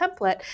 template